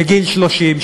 בגיל 30,